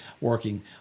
working